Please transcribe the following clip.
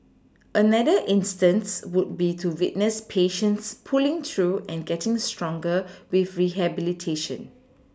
another instance would be to witness patients pulling through and getting stronger with rehabilitation